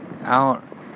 out